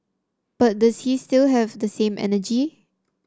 but does he still have the same energy